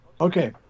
Okay